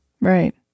Right